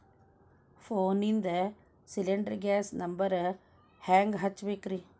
ಫೋನಿಂದ cylinder gas number ಹೆಂಗ್ ಹಚ್ಚ ಬೇಕ್ರಿ?